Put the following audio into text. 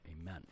amen